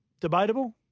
Debatable